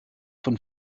von